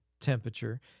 temperature